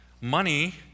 Money